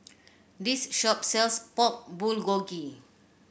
this shop sells Pork Bulgogi